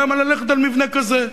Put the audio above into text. למה ללכת על מבנה כזה?